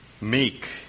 meek